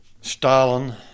Stalin